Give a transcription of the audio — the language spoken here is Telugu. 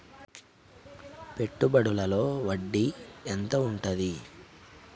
పెట్టుబడుల లో వడ్డీ ఎంత ఉంటది?